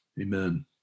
Amen